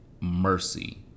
mercy